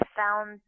found